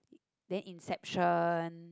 then Inception